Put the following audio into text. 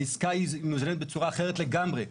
העסקה היא מאוזנת בצורה אחרת לגמרי.